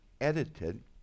edited